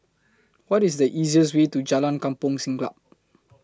What IS The easiest Way to Jalan Kampong Siglap